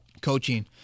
coaching